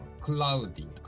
Cloudy